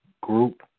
group